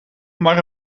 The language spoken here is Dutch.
maar